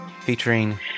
featuring